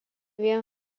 vien